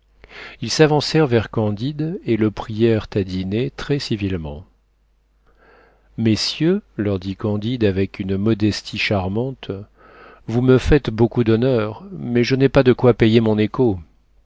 ils s'avancèrent vers candide et le prièrent à dîner très civilement messieurs leur dit candide avec une modestie charmante vous me faites beaucoup d'honneur mais je n'ai pas de quoi payer mon écot